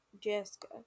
Jessica